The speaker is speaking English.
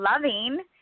loving